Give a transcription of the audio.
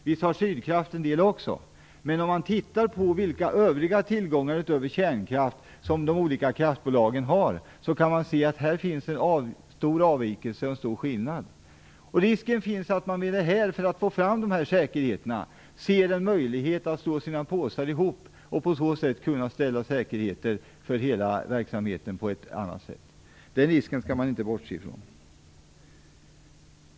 Visst har Sydkraft en del också, men om man tittar på vilka tillgångar utöver kärnkraften de olika kraftbolagen har kan man se att det finns en stor skillnad. Risken finns att de ser en möjlighet att slå sina påsar ihop för att få fram dessa säkerheter. På så sätt kunde de på ett annat sätt ställa säkerheten för hela verksamheten. Den risken skall man inte bortse ifrån.